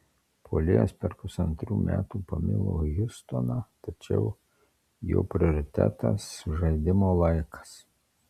puolėjas per pusantrų metų pamilo hjustoną tačiau jo prioritetas žaidimo laikas